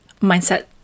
mindset